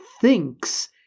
thinks